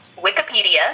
Wikipedia